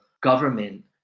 government